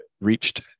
reached